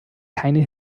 keine